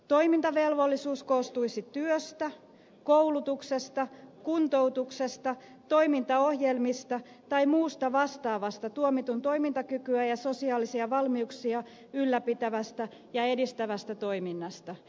toimintavelvollisuus koostuisi työstä koulutuksesta kuntoutuksesta toimintaohjelmista tai muusta vastaavasta tuomitun toimintakykyä ja sosiaalisia valmiuksia ylläpitävästä ja edistävästä toiminnasta